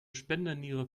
spenderniere